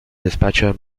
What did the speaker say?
despacho